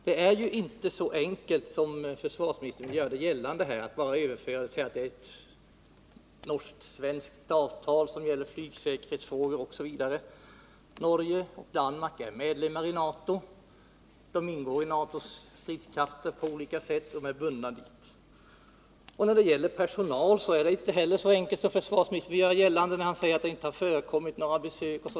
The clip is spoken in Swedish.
Det är inte så enkelt som försvarsministern gör gällande, då han säger att det är fråga om ett svensk-norskt avtal som gäller flygsäkerhetsfrågor osv. Norge och Danmark är medlemmar i NATO, de ingår i NATO:s stridskrafter, och på olika sätt är de bundna till NATO. När det gäller personal är det inte heller så enkelt som försvarsministern vill göra gällande när han säger att det inte har förekommit några besök.